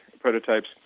prototypes